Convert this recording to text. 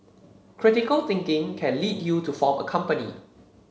critical thinking can lead you to form a company